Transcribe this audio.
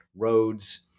roads